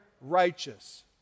righteous